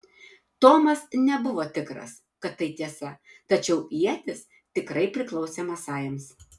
tomas nebuvo tikras kad tai tiesa tačiau ietis tikrai priklausė masajams